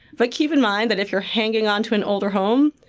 but keep in mind that if you're hanging on to an older home,